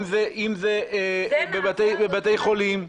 אם זה בבתי חולים,